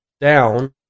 down